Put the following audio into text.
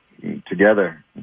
together